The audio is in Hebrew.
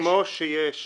כמו שיש מל"ח,